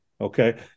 Okay